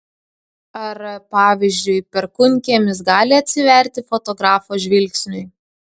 ar pavyzdžiui perkūnkiemis gali atsiverti fotografo žvilgsniui